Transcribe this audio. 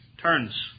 turns